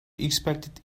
expected